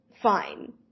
fine